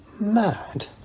mad